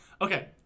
Okay